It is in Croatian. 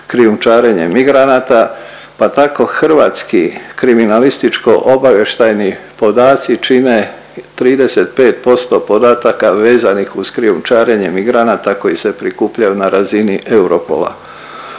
krijumčarenje migranata, pa tako hrvatski kriminalističko obavještajni podaci čine 35% podataka vezanih uz krijumčarenje migranata koji se prikupljaju na razini Europola.